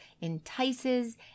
entices